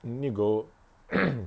you need go